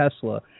Tesla